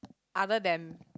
other than